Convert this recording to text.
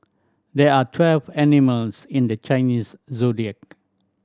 there are twelve animals in the Chinese Zodiac